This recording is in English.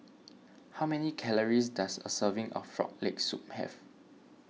how many calories does a serving of Frog Leg Soup have